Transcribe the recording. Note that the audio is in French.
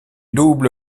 double